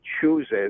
chooses